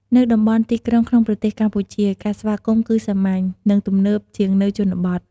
នៅតំបន់ទីក្រុងក្នុងប្រទេសកម្ពុជា ការស្វាគមន៍គឺសាមញ្ញ និងទំនើបជាងនៅជនបទ។